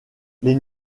les